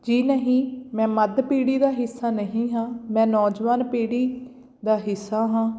ਜੀ ਨਹੀਂ ਮੈਂ ਮੱਧ ਪੀੜ੍ਹੀ ਦਾ ਹਿੱਸਾ ਨਹੀਂ ਹਾਂ ਮੈਂ ਨੌਜਵਾਨ ਪੀੜ੍ਹੀ ਦਾ ਹਿੱਸਾ ਹਾਂ